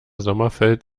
sommerfeld